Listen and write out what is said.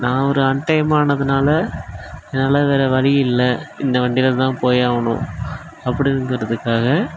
நான் ஒரு அன்டைமானதுனால் என்னால் வேற வழி இல்லை இந்த வண்டியிலதான் போயாகணும் அப்படிங்கறதுக்காக